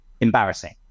embarrassing